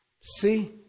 See